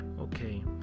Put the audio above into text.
okay